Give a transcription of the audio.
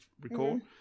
record